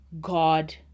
God